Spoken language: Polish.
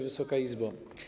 Wysoka Izbo!